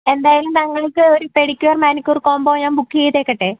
എന്തായാലും താങ്കൾക്ക് ഒരു പെഡിക്യൂർ മാനിക്യൂർ കോംബോ ഞാൻ ബുക്ക് ചെയ്തെക്കട്ടെ